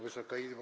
Wysoka Izbo!